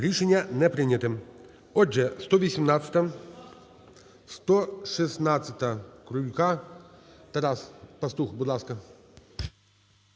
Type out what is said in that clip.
Рішення не прийняте. Отже, 118-а. 116-а Крулька. Тарас Пастух, будь ласка.